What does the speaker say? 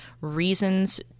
reasons